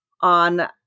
on